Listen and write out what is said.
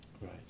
Right